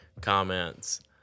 comments